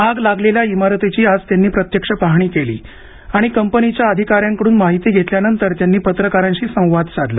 आग लागलेल्या इमारतीची आज त्यांनी प्रत्यक्ष पाहणी केली आणि कंपनीच्या अधिकाऱ्यांकडून माहिती घेतल्यानंतर त्यांनी पत्रकारांशी संवाद साधला